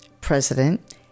president